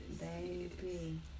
Baby